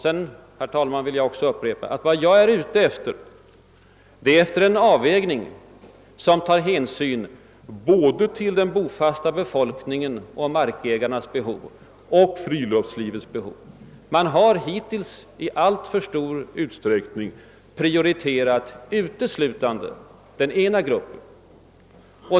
Jag vill upprepa att vad jag är ute efter är en avvägning som tar hänsyn till både den bofasta befolkningens och markägarnas och friluftslivets behov. Man har hittills i alltför stor utsträckning prioriterat uteslutande den ena gruppen.